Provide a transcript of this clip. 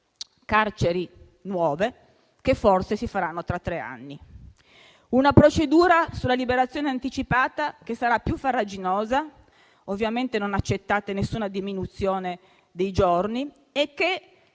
carceri nuove, che forse si faranno tra tre anni; una procedura sulla liberazione anticipata che sarà più farraginosa (ovviamente non accettate nessuna diminuzione dei giorni) e che